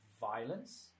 violence